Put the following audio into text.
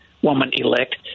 woman-elect